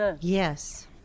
Yes